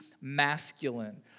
masculine